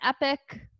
Epic